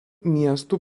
miestų